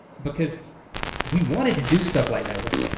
because we wanted to do stuff like that was,